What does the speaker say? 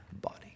body